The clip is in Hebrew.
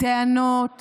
טענות